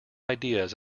ideas